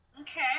okay